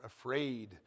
afraid